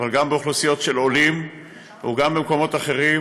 אבל גם באוכלוסיות של עולים וגם במקומות אחרים,